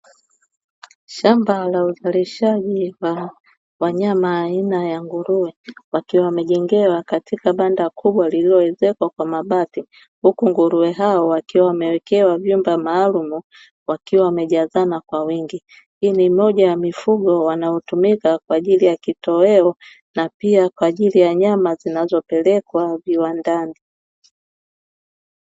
Shamba la uzalishaji wanyama aina ya nguruwe, wakiwa wamejengewa katika shamba kubwa lililoezekwa kwa mabati, huku nguruwe hao wakiwa wamewekewa vyumba maalumu, wakiwa wamejazana kwa wingi. Hii ni moja ya mifugo wanaotumika kwa ajili ya kitoweo na pia kwa ajili ya nyama zinazopelekwa viwandani.